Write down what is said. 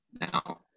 now